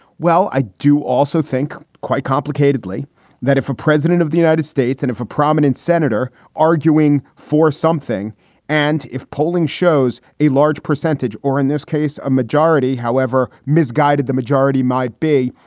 well, i do also think quite complicatedly that if a president of the united states and if a prominent senator arguing for something and if polling shows a large percentage or in this case a majority, however misguided the majority might be,